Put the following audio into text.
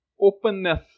openness